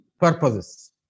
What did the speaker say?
purposes